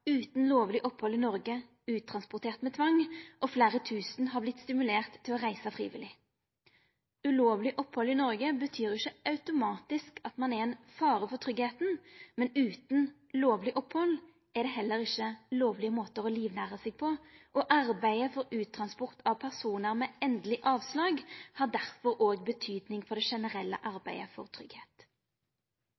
utan lovleg opphald i Noreg uttransporterte med tvang, og fleire tusen har vorte stimulerte til å reisa frivillig. Ulovleg opphald i Noreg betyr ikkje automatisk at ein er ein fare for tryggleiken, men utan lovleg opphald er det heller ikkje lovlege måtar å livnæra seg på. Arbeidet for uttransport av personar med endeleg avslag har derfor òg verknad på det generelle